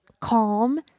calm